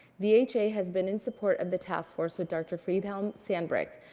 vha has been in support of the task force with dr. friedhelm sandbrink,